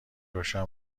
روشن